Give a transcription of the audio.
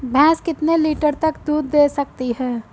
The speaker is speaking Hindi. भैंस कितने लीटर तक दूध दे सकती है?